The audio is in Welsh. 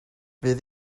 fydd